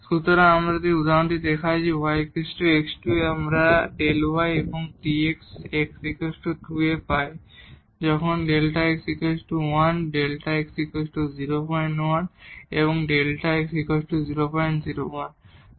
সুতরাং এখানে এই উদাহরণটি দেখায় যে y x2 আমরা Δ y এবং dy x 2 এ পাই যখন Δ x 1 Δ x 01 Δ x 001